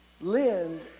lend